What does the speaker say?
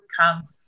come